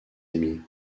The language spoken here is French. amis